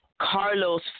Carlos